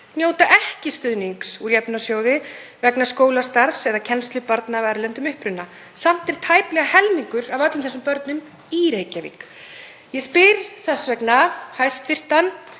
nytu ekki stuðnings úr jöfnunarsjóði vegna skólastarfs eða kennsla barna af erlendum uppruna. Samt er tæplega helmingur af öllum þessum börnum í Reykjavík. Ég spyr þess vegna hæstv.